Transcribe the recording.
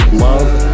love